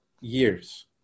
years